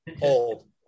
old